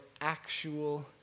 actual